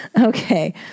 Okay